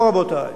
לא, רבותי.